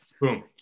Boom